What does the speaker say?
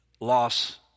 Loss